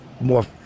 more